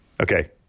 Okay